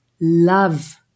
love